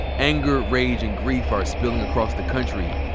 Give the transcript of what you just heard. anger, rage and grief are spilling across the country,